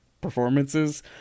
performances